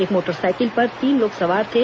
एक मोटरसाइकिल पर तीन लोग सवार थे